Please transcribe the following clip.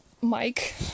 Mike